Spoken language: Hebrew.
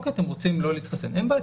אורי אתם רוצים לא להתחסן אין בעיה,